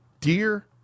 Dear